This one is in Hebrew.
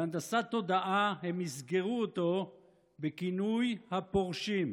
בהנדסת תודעה הם מסגרו אותו בכינוי "הפורשים",